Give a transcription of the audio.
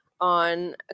on